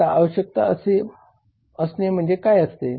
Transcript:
आता आवश्यकता असणे म्हणजे का असते